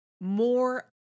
more